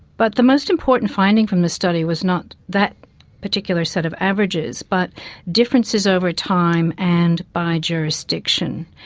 but the most important finding from the study was not that particular set of averages, but differences over time and by jurisdiction.